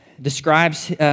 Describes